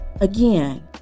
Again